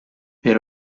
per